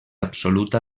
absoluta